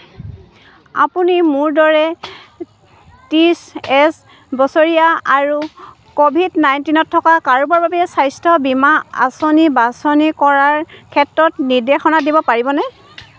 আপুনি মোৰ দৰে ত্ৰিছ এছ বছৰীয়া আৰু কভিড নাইণ্টিনত থকা কাৰোবাৰ বাবে স্বাস্থ্য বীমা আঁচনি বাছনি কৰাৰ ক্ষেত্ৰত নিৰ্দেশনা দিব পাৰিবনে